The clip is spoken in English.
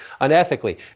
unethically